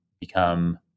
become